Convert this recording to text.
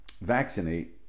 vaccinate